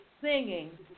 singing